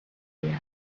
zodiac